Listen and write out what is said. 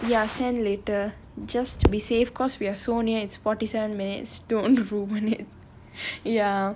ya send later just to be safe because we're so near it's forty seven minutes don't ruin it ya